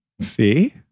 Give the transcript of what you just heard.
See